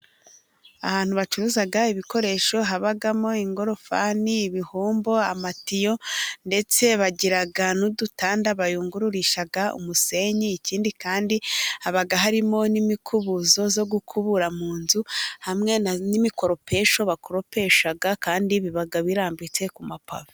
Ahantu bacuruza ibikoresho habamo ingorofani n'ibihombo ,amatiyo ndetse bagiraga n'udutanda bayungururisha umusenyi ikindi kandi haba harimo n'imikubuzo yo gukubura mu nzu hamwe n'imikoropesho bakoropesha kandi biba birambitse ku mapapa.